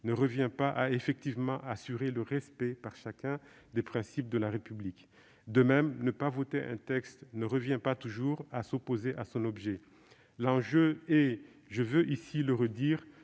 ne revient pas à assurer effectivement le respect par chacun des principes de la République. De même, ne pas voter un texte ne revient pas toujours à s'opposer à son objet. L'enjeu, je veux ici le redire,